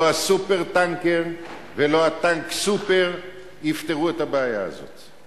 לא ה"סופר-טנקר" ולא הטנק-סופר יפתרו את הבעיה הזאת.